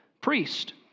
priest